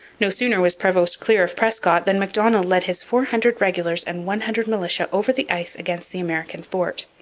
no sooner was prevost clear of prescott than macdonell led his four hundred regulars and one hundred militia over the ice against the american fort.